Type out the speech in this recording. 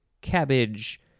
cabbage